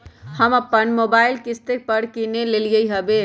हम अप्पन मोबाइल किस्ते पर किन लेलियइ ह्बे